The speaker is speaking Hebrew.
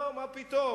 לא, מה פתאום.